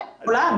כן, כולם.